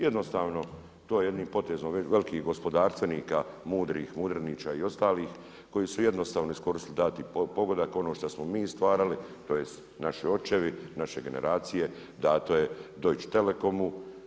Jednostavno, to je jednim potezom, velikih gospodarstvenika mudrih Mudrinića i ostalih koji su jednostavno iskoristili dati pogodak, ono šta smo mi stvarali, tj. naši očevi, naše generacije dano je Deutche Telecomu.